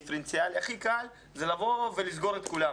הכי קל זה לבוא ולסגור את כולם,